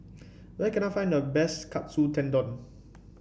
where can I find the best Katsu Tendon